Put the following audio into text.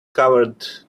covered